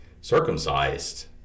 circumcised